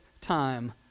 time